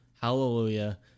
Hallelujah